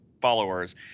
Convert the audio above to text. followers